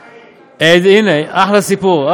הנה, אחלה סיפור.